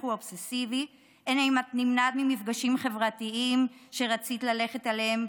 אובססיבי הן: האם את נמנעת ממפגשים חברתיים שרצית ללכת אליהם